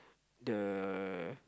the